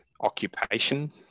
occupation